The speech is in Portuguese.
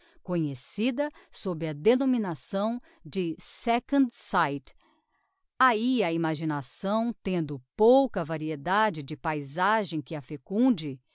conhecida sob a denominação de second sight ahi a imaginação tendo pouca variedade de paizagem que a fecunde